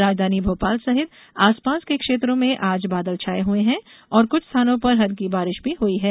राजधानी भोपाल सहित आसपास के क्षेत्रों में आज बादल छाये हुए हैं और कुछ स्थानों पर हल्कि बारिश भी हुई है